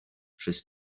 przez